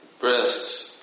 breasts